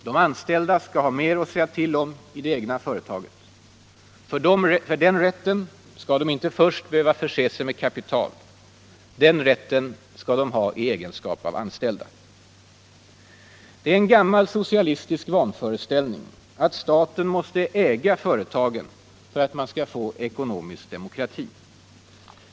De anställda skall ha mer att säga till om i det egna företaget. För den rätten skall de inte först behöva förse sig med kapital. Den rätten skall de ha i egenskap av anställda. Det är en gammal socialistisk vanföreställning att staten måste äga företagen för att man skall få ekonomisk demokrati.